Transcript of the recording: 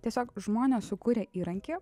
tiesiog žmonės sukūrė įrankį